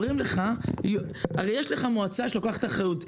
אומרים לך הרי יש לך מועצה שלוקחת אחריות.